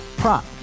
Prop